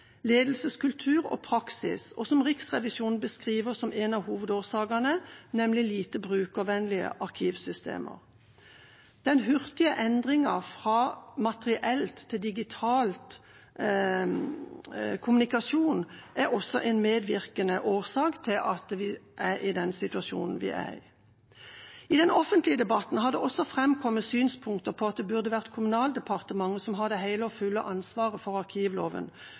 ledelseskultur og praksis, og som Riksrevisjonen beskriver som en av hovedårsakene, nemlig lite brukervennlige arkivsystemer. Den hurtige endringen fra materiell til digital kommunikasjon er også en medvirkende årsak til at vi er i den situasjonen vi er i. I den offentlige debatten har det også framkommet synspunkter om at det burde vært Kommunal- og moderniseringsdepartementet som hadde det hele og fulle ansvaret for arkivloven,